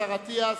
השר אטיאס,